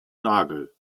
nagel